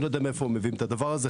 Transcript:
אני לא יודע מאיפה מביאים את הדבר הזה,